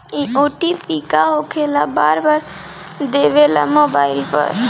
इ ओ.टी.पी का होकेला बार बार देवेला मोबाइल पर?